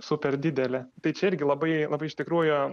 super didelė tai čia irgi labai labai iš tikrųjų